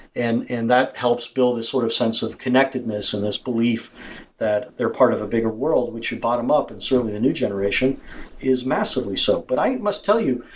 and and that helps build this sort of sense of and this and this belief that they're part of a bigger world which should bottom-up and certainly the new generation is massively so. but i must tell you,